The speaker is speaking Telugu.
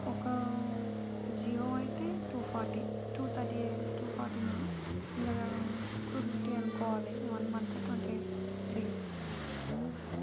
ఒక జియో అయితే two forty two thirty eight two forty nine ఇంకా టూ ఫిఫ్టీ అనుకోవాలి one month twenty eight days